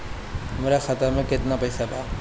हमरा खाता में केतना पइसा बा?